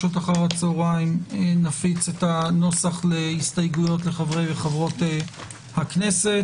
בשעות אחר הצהריים נפיץ את הנוסח להסתייגויות לחברות וחברות הכנסת.